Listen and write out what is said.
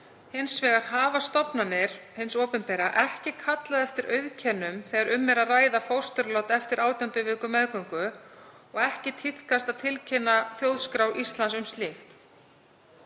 Hins vegar hafa stofnanir hins opinbera ekki kallað eftir auðkennum þegar um er að ræða fósturlát eftir 18. viku meðgöngu og ekki tíðkast að tilkynna Þjóðskrá Íslands um slíkt.